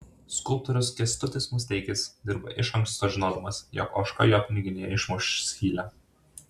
skulptorius kęstutis musteikis dirba iš anksto žinodamas jog ožka jo piniginėje išmuš skylę